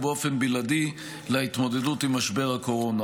באופן בלעדי להתמודדות עם משבר הקורונה.